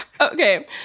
Okay